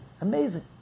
Amazing